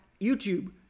YouTube